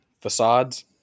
facades